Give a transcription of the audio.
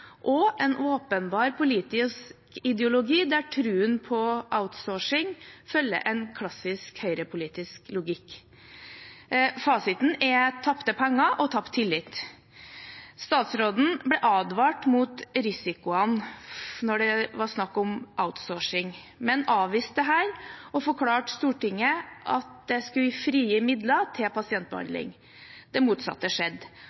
og en åpenbar politisk ideologi der troen på outsourcing følger en klassisk høyrepolitisk logikk. Fasiten er tapte penger og tapt tillit. Statsråden ble advart mot risikoene da det var snakk om outsourcing, men avviste det og forklarte Stortinget at dette skulle frigi midler til